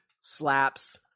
slaps